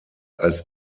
als